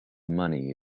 money